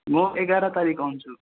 म एघार तारिक आउँछु